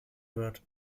wird